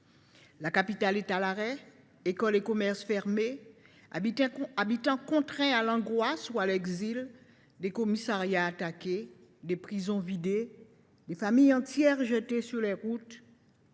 La capitale est à l’arrêt : écoles et commerces sont fermés, les habitants contraints à l’angoisse ou à l’exil. Des commissariats sont attaqués, des prisons vidées et des familles entières jetées sur les routes.